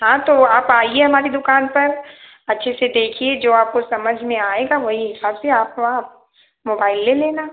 हाँ तो आप आइए हमारी दुकान पर अच्छे से देखिए जो आपको समझ में आएगा वही हिसाब से आप आप मोबाइल ले लेना